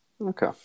okay